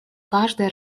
каждой